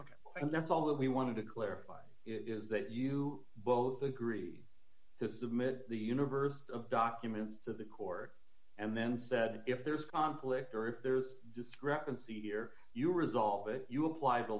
position and that's all that we wanted to clarify is that you both agreed to submit the universe of documents to the court and then said if there is conflict or if there's a discrepancy here you resolve it you apply the